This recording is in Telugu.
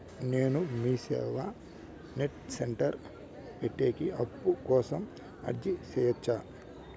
నేను మీసేవ నెట్ సెంటర్ పెట్టేకి అప్పు కోసం అర్జీ సేయొచ్చా?